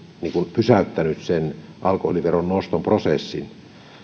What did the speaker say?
pysäyttänyt alkoholiveron noston prosessin